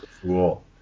cool